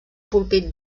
púlpit